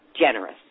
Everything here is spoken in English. generous